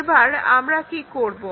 এবার আমরা কি করবো